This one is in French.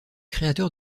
créateur